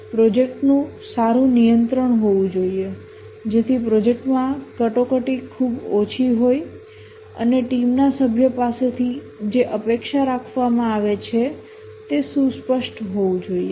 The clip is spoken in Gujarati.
પ્રોજેક્ટનું સારું નિયંત્રણ હોવું જોઈએ જેથી પ્રોજેક્ટમાં કટોકટી ખૂબ ઓછી હોય અને ટીમના સભ્ય પાસેથી જે અપેક્ષા રાખવામાં આવે છે તે સુસ્પષ્ટ હોવું જોઈએ